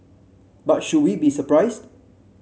but should we be surprised